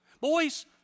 Boys